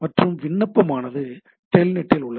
மற்றும் விண்ணப்பமானது டெல்நெட் இல் உள்ளது